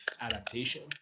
adaptation